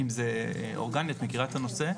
אם זה אורגני - את מכירה את הנושא.